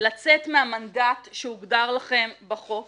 לצאת מהמנדט שהוגדר לכם בחוק